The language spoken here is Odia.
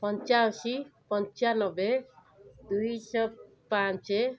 ପଞ୍ଚାଅଶୀ ପଞ୍ଚାନବେ ଦୁଇଶହ ପାଞ୍ଚ